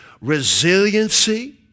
resiliency